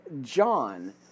John